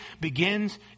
begins